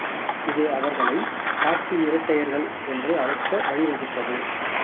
இது அவர்களை ஹாக்கி இரட்டையர்கள் என்று அழைக்க வழிவகுத்தது